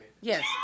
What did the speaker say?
Yes